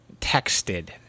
texted